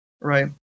right